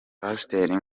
pasiteri